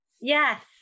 yes